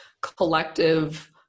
collective